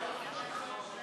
הבאה,